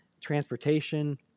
transportation